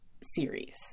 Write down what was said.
series